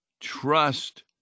Trust